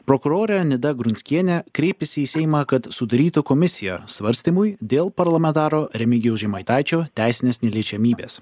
prokurorė nida grunskienė kreipėsi į seimą kad sudarytų komisiją svarstymui dėl parlamentaro remigijaus žemaitaičio teisinės neliečiamybės